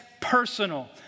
personal